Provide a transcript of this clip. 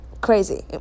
crazy